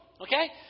Okay